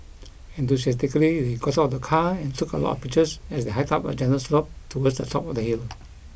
enthusiastically they got out of the car and took a lot of pictures as they hiked up a gentle slope towards the top of the hill